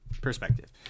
perspective